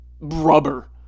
rubber